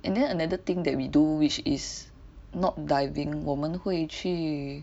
and then another thing that we do which is not diving 我们会去